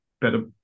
better